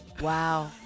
wow